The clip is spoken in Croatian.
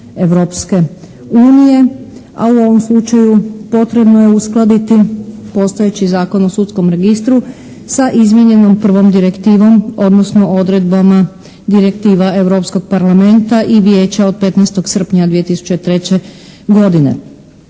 Europske unije, a u ovom slučaju potrebno je uskladiti postojeći Zakon o sudskom registru sa izmijenjenom prvom direktivom odnosno odredbama direktiva Europskog parlamenta i Vijeća od 15. srpnja 2003. godine.